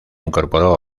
incorporó